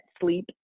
sleep